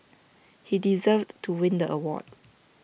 he deserved to win the award